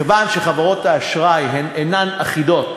מכיוון שחברות האשראי אינן אחידות